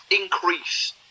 increase